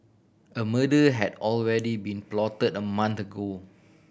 a murder had already been plotted a month ago